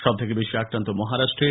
সব থেকে বেশি আক্রান্ত মহারাষ্ট্রে